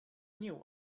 new